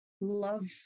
love